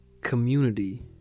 community